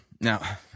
Now